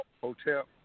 Hotel